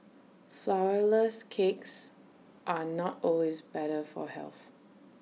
Flourless Cakes are not always better for health